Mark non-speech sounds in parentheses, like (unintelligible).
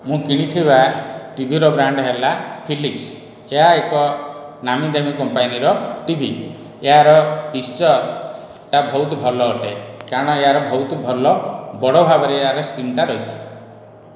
ମୁଁ କିଣିଥିବା ଟିଭିର ବ୍ରାଣ୍ଡ ହେଲା ଫିଲିପ୍ସ ଏହା ଏକ ନାମିଦାମୀ କମ୍ପାନୀର ଟିଭି ଏହାର (unintelligible) ଟା ବହୁତ ଭଲ ଅଟେ କାରଣ ଏହାର ବହୁତ ଭଲ ବଡ଼ ଭାବରେ ଏହାର ସ୍କ୍ରିନ୍ଟା ରହିଛି